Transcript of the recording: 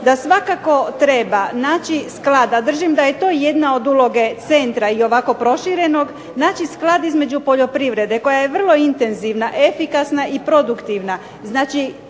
da svakako treba naći sklada, držim da je to jedna od uloge Centra ovako proširenog, naći sklad između poljoprivrede, koja je vrlo intenzivna, efikasna i produktivna,